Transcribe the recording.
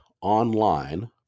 online